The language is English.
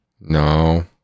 No